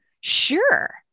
Sure